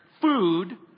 food